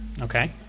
Okay